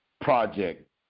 project